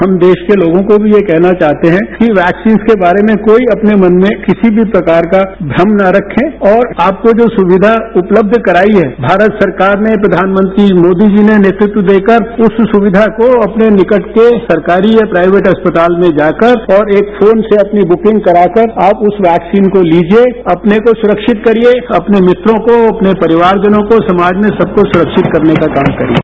हम देश के लोगों को भी ये कहना चाहते हैं कि वैक्सीन्स के बारेमें कोई अपने मन में किसी प्रकार का भ्रम न रखें और आपको जो सुविधा उपलब्ध कराई है भारत सरकार ने प्रचानमंत्री मोदी जीने नेतृत्व देकर उस सुविधा को अपने निकट के सरकारी या प्राइवेट अस्पताल मेंजाकर और एक फोन से अपनी बुकिंग कराकर आप उस वैक्सीन को तीजिए अपने को सुरक्षित करिए अपने मित्रों को अपने परिवारजनों को समाज में सबको सुरक्षितकरने का काम करिए